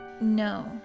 No